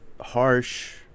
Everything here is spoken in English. harsh